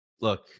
look